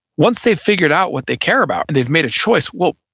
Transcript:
once they figured out what they care about and they've made a choice, well,